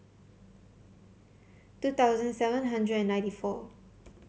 two thousand seven hundred and ninety four